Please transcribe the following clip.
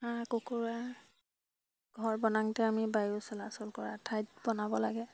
হাঁহ কুকুৰা ঘৰ বনাওঁতে আমি বায়ু চলাচল কৰা ঠাইত বনাব লাগে